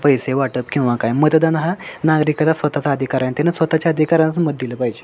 पैसे वाटप किंवा काय मतदान हा नागरिकाचा स्वतःचा अधिकार आहे आणि त्याने स्वतःच्या अधिकारानेच मत दिले पाहिजे